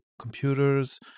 computers